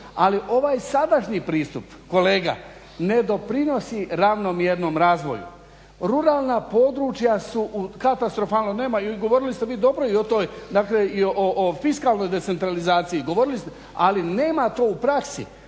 Ali ovaj sadašnji pristup kolega ne doprinosi ravnomjernom razvoju. Ruralna područja su u katastrofalnom, nemaju, govorili ste vi dobro i o toj, na kraju i o fiskalnoj decentralizaciji, govorili ste, ali nema to u praksi.